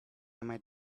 might